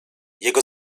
jego